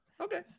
okay